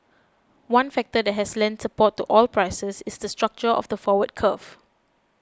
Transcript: one factor that has lent support to oil prices is the structure of the forward curve